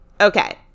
Okay